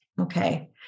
Okay